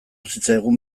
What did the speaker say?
zitzaigun